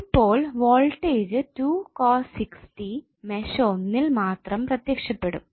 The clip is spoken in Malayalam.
ഇപ്പോൾ വോൾടേജ് 2 cos 6t മെഷ് ഒന്നിൽ മാത്രം പ്രത്യക്ഷപ്പെടും